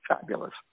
Fabulous